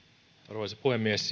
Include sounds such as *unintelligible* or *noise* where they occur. arvoisa puhemies *unintelligible*